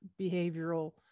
behavioral